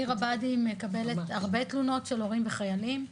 עיר הבה"דים מקבלת הרבה תלונות של הורים וחיילים.